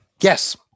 Yes